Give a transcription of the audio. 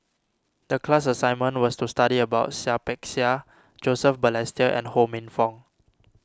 the class assignment was to study about Seah Peck Seah Joseph Balestier and Ho Minfong